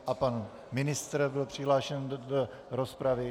A pan ministr byl přihlášen do rozpravy.